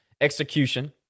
execution